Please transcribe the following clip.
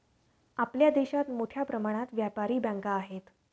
आपल्या देशात मोठ्या प्रमाणात व्यापारी बँका आहेत